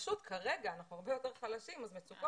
פשוט כרגע אנחנו הרבה יותר חלשים ומצוקות